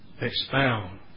expound